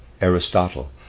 Aristotle